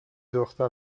دختر